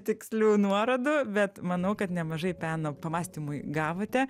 tikslių nuorodų bet manau kad nemažai peno pamąstymui gavote